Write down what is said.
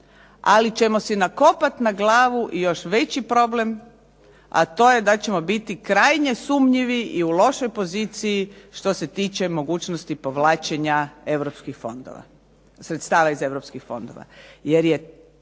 ali ćemo si nakopati na glavu još veći problem, a to je da ćemo biti krajnje sumnjivi i u lošoj poziciji što se tiče mogućnosti povlačenja sredstva iz europskih fondova.